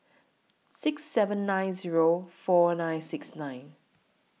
six seven nine Zero four nine six nine